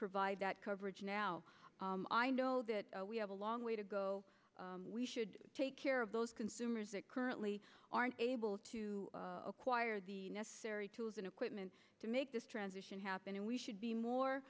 provide that coverage now i know that we have a long way to go we should take care of those consumers that currently aren't able to acquire the necessary tools and equipment to make this transition happen and we should be more